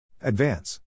Advance